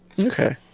Okay